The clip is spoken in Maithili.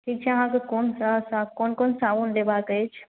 ठीक छै अहाँके क़ोन क़ोन क़ोन साबुन लेबाक अछि